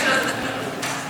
גברתי המזכירה,